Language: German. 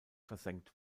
versenkt